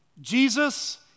Jesus